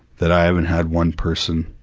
that i haven't had one person,